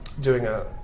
doing a